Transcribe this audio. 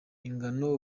ingano